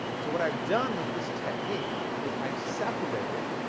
so what i've done with this technique is i've separated